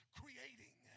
creating